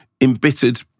embittered